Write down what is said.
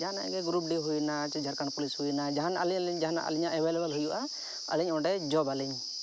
ᱡᱟᱦᱟᱱᱟᱜ ᱜᱮ group D ᱦᱩᱭᱮᱱᱟ ᱪᱮ ᱡᱷᱟᱲᱠᱷᱚᱸᱰ ᱯᱩᱞᱤᱥ ᱦᱩᱭᱮᱱᱟ ᱡᱟᱦᱟᱱᱟᱜ ᱟᱹᱞᱤᱧ ᱟᱹᱞᱤᱧ ᱡᱟᱦᱟᱱᱟᱜ ᱟᱹᱞᱤᱧᱟᱜ ᱮᱵᱷᱮᱞᱮᱵᱮᱞ ᱦᱩᱭᱩᱜᱼᱟ ᱟᱹᱞᱤᱧ ᱚᱸᱰᱮ ᱡᱚᱵᱟᱞᱤᱧ